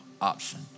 option